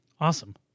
Awesome